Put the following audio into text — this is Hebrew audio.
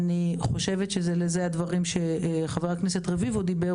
אני חושבת שהדברים שחבר הכנסת דיבר עליהם,